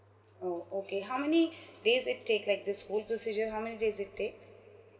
oh okay how many days it take like this whole procedure how many days it take